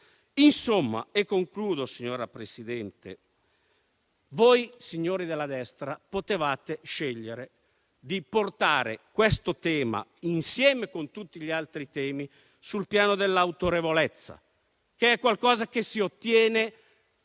l'angolo. Signor Presidente, mi rivolgo ai signori della destra. Voi potevate scegliere di portare questo tema, insieme con tutti gli altri temi, sul piano dell'autorevolezza, che è qualcosa che si ottiene